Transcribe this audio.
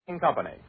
Company